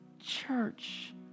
church